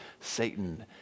Satan